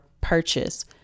purchase